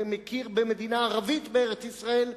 ומכיר במדינה ערבית בארץ-ישראל,